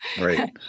Right